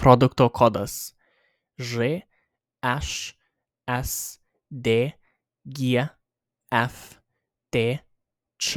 produkto kodas žšsd gftč